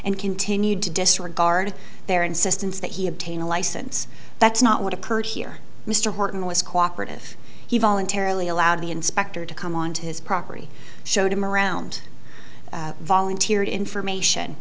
and continued to disregard their insistence that he obtain a license that's not what occurred here mr horton was cooperative he voluntarily allowed the inspector to come onto his property showed him around volunteered information